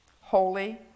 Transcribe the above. Holy